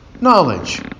knowledge